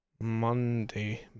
...Monday